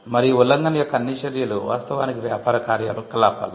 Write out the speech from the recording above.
మరియు ఉల్లంఘన యొక్క అన్ని చర్యలు వాస్తవానికి వ్యాపార కార్యకలాపాలు